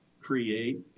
create